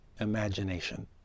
imagination